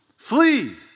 Flee